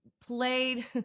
played